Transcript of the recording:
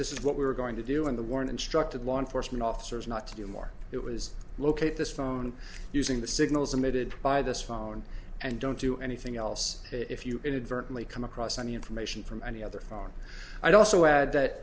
this is what we were going to do in the war instructed law enforcement officers not to do more it was locate this phone using the signals emitted by this phone and don't do anything else if you inadvertently come across any information from any other phone i'd also add that